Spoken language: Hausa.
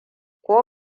ko